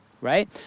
right